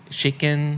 chicken